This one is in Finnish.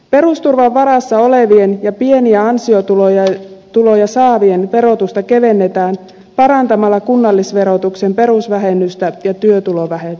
perusturvan varassa olevien ja pieniä ansiotuloja saavien verotusta kevennetään parantamalla kunnallisverotuksen perusvähennystä ja työtulovähennystä